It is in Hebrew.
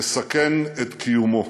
נסכן את קיומו.